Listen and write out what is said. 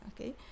okay